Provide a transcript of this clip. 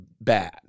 bad